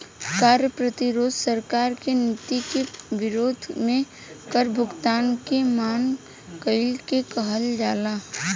कार्य प्रतिरोध सरकार के नीति के विरोध में कर भुगतान से मना कईला के कहल जाला